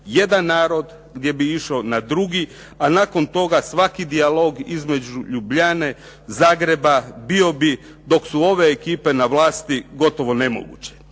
Jedan narod gdje bi išao na drugi, a nakon toga svaki dijalog između Ljubljane, Zagreba bio bi dok su ove ekipe na vlasti gotovo nemoguć.